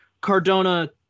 Cardona